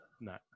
No